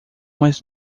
mais